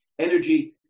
energy